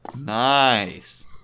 Nice